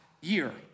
year